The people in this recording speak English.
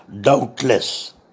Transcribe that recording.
doubtless